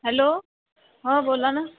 hello हो बोला ना